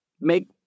make